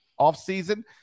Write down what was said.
offseason